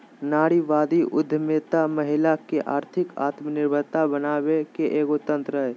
नारीवादी उद्यमितामहिला के आर्थिक आत्मनिर्भरता बनाबे के एगो तंत्र हइ